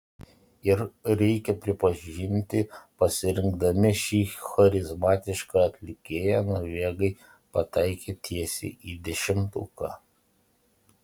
ir reikia pripažinti pasirinkdami šį charizmatišką atlikėją norvegai pataikė tiesiai į dešimtuką